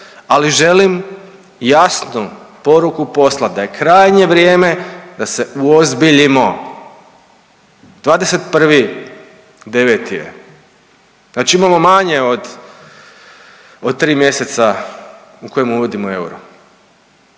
ali želim jasnu poruku poslati da je krajnje vrijeme da se uozbiljimo. 21.9. je. Znači imamo manje od 3 mjeseca u kojem uvodimo euro,